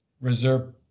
reserve